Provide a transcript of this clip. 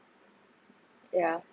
yeah